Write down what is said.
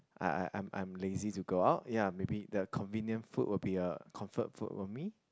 I I I'm I'm lazy to go out ya maybe the convenient food will be a comfort food for me